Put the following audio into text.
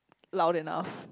loud enough